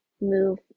move